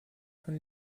von